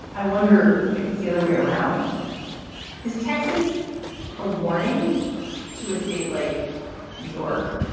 i wonder if it's the other way around is texas a warning to a state like new york?